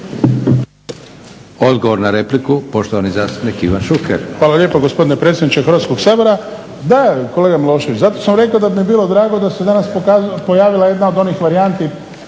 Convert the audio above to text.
Odgovor na repliku, poštovani zastupnik Ivan Šuker.